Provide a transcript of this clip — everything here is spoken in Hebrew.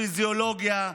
הפיזיולוגיה,